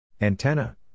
Antenna